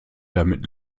damit